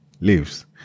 leaves